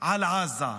על עזה,